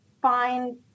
find